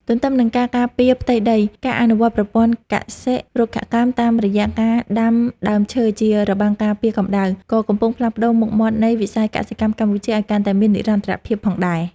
ទន្ទឹមនឹងការការពារផ្ទៃដី ការអនុវត្តប្រព័ន្ធកសិ-រុក្ខកម្មតាមរយៈការដាំដើមឈើជារបាំងការពារកម្ដៅ ក៏កំពុងផ្លាស់ប្តូរមុខមាត់នៃវិស័យកសិកម្មកម្ពុជាឱ្យកាន់តែមាននិរន្តរភាពផងដែរ។